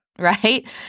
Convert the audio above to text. Right